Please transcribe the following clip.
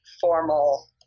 formal